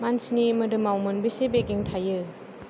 मानसिनि मोदोमाव मोनबेसे बेगें थायो